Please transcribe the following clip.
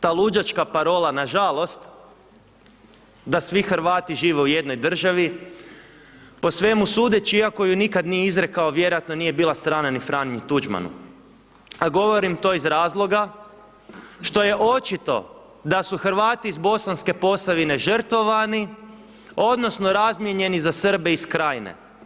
Ta luđačka parola na žalost da svi Hrvati žive u jednoj državi po svemu sudeći iako ju nikada nije izrekao vjerojatno nije bila strana ni Franji Tuđmanu, a govorim to iz razloga što je očito da su Hrvati iz Bosanske Posavine žrtvovani odnosno razmijenjeni za Srbe iz Krajine.